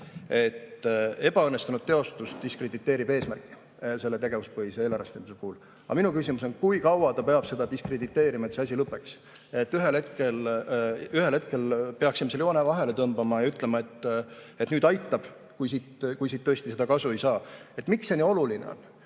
et ebaõnnestunud teostus diskrediteerib eesmärki selle tegevuspõhise eelarvestamise puhul. Aga minu küsimus on, kui kaua ta peab seda diskrediteerima, et see asi lõppeks. Ühel hetkel peaksime seal joone vahele tõmbama ja ütlema, et nüüd aitab, kui siit tõesti seda kasu ei saa. Miks see nii oluline on?